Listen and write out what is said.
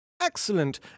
Excellent